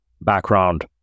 background